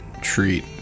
Treat